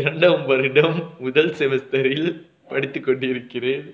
இரண்டாம் வருடம் முதல்:kallooriyil irandaam varudam muthal semester ரில் படித்துக்கொண்டு இருக்குறேன்:ril padiththukkondu irukkuraen